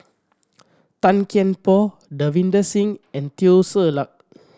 Tan Kian Por Davinder Singh and Teo Ser Luck